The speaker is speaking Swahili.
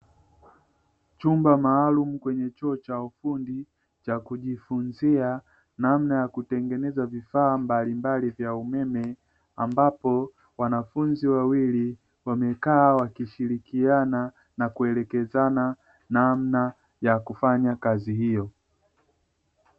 Chumba maalumu kwenye chuo cha ufundi cha kujifunzia namna ya kutengeneza vifaa mbalimbali vya umeme, ambapo wanafunzi wa wili wamekaa wakishirikiana na kuelekezana namna ya kufanya kazi hiyo.